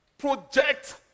Project